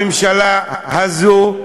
הממשלה הזאת,